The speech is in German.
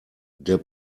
der